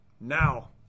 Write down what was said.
now